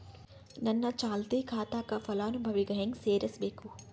ನನ್ನ ಚಾಲತಿ ಖಾತಾಕ ಫಲಾನುಭವಿಗ ಹೆಂಗ್ ಸೇರಸಬೇಕು?